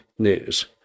news